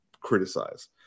criticize